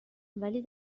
ولی